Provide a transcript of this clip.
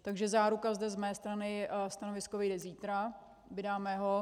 Takže záruka zde z mé strany: Stanovisko vyjde zítra, vydáme ho.